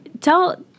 tell